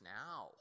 now